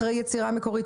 אחראי יצירה מקורית,